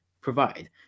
provide